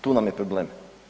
Tu nam je problem.